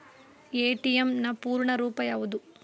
ATM ನ ಪೂರ್ಣ ರೂಪ ಯಾವುದು?